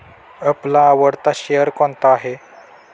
आपला आवडता शेअर कोणता आहे?